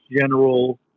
general